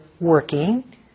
working